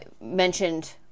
mentioned